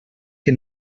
que